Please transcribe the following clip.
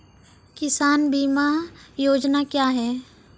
किसान बीमा योजना क्या हैं?